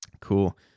cool